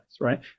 right